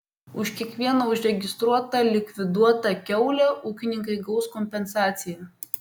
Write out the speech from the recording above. už kiekvieną užregistruotą likviduotą kiaulę ūkininkai gaus kompensaciją